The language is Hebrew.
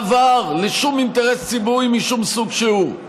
דבר, לשום אינטרס ציבורי, משום סוג שהוא.